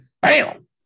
bam